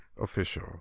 official